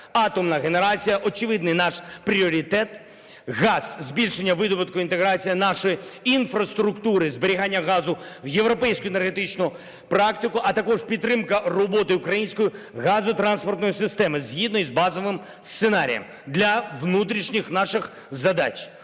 Атомна генерація – очевидний наш пріоритет. Газ, збільшення видобутку, інтеграція нашої інфраструктури зберігання газу в європейську енергетичну практику, а також підтримка роботи української газотранспортної системи згідно з базовим сценарієм для внутрішніх наших задач.